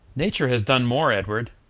nature has done more, edward.